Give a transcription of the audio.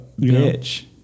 bitch